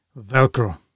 Velcro